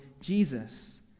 Jesus